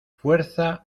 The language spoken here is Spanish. fuerza